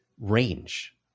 range